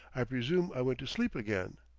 i presume i went to sleep again.